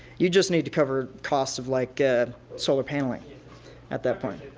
you'd just need to cover costs of like solar paneling at that point.